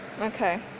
Okay